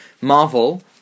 Marvel